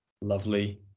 Lovely